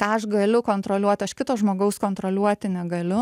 ką aš galiu kontroliuot aš kito žmogaus kontroliuoti negaliu